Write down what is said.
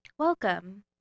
Welcome